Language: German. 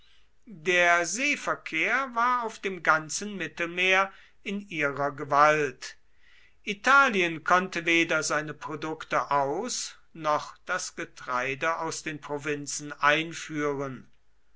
der seeverkehr war auf dem ganzen mittelmeer in ihrer gewalt italien konnte weder seine produkte aus noch das getreide aus den provinzen einführen